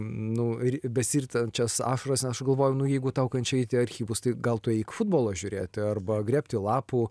nu ir besiritančias ašaras aš galvoju nu jeigu tau kančia eiti į archyvus tai gal tu eik futbolo žiūrėti arba grėbti lapų